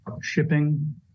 shipping